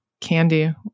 candy